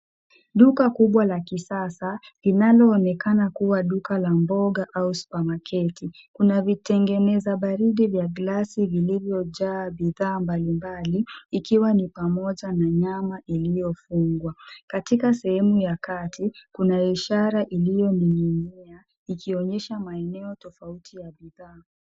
Duka kubwa la kisasa linaloonekana kuwa duka la mboga au supamaketi kuna vitengeneza baridi vya glasi vilivyojaa bidhaa mbalimbali ikiwa ni pamoja na nyama iliyofungwa. Katika sehemu ya kati kuna ishara iliyoning'inia ikionyesha maeneo tofauti ya bidhaa.